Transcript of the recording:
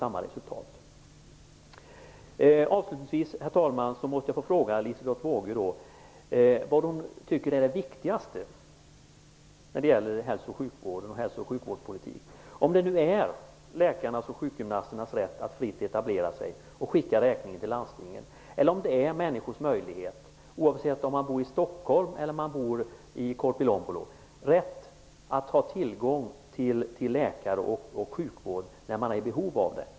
Avslutningsvis, herr talman, måste jag fråga Liselotte Wågö vad hon tycker är det viktigaste när det gäller hälso och sjukvårdspolitiken. Är det läkarnas och sjukgymnasternas rätt att fritt etablera sig och skicka räkningen till landstingen eller om det är människors rätt, oavsett om man bor i Stockholm eller i Korpilombolo, att ha tillgång till läkare och sjukvård när man är i behov av det?